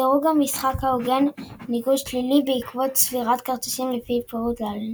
דירוג המשחק ההוגן – ניקוד שלילי בעקבות צבירת כרטיסים לפי הפירוט להלן